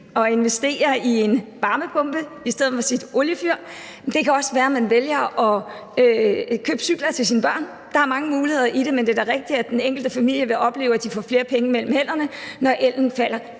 at investere i en varmepumpe i stedet for sit oliefyr. Det kan også være, man vælger at købe cykler til sine børn. Der er mange muligheder i det, men det er da rigtigt, at den enkelte familie vil opleve, at de får flere penge mellem hænderne, når prisen på el